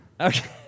Okay